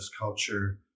culture